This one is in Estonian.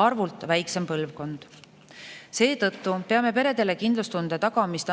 arvult väiksem põlvkond. Seetõttu peame analüüsima peredele kindlustunde tagamist